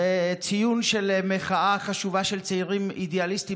ציון של מחאה חשובה של צעירים אידיאליסטים